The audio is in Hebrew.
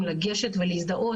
אנטיגן מוסדי הוא ללא תשלום כרגע.